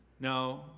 No